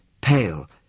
pale